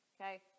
okay